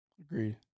Agreed